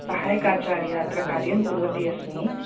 सहायक आचार्या अत्र कार्यं कुर्वती अस्मि